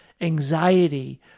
anxiety